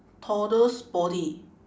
toddler's body